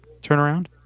turnaround